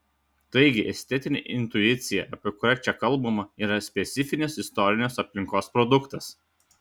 taigi estetinė intuicija apie kurią čia kalbama yra specifinės istorinės aplinkos produktas